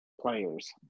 players